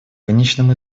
конечном